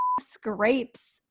scrapes